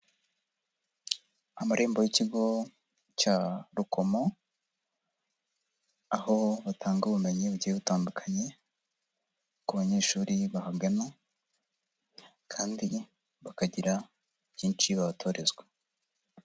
Amarembo y'Ikigo cya Rukomo aho batanga ubumenyi bugiye butandukanye ku banyeshuri bahagana kandi bakagira byinshi bahatorezwa.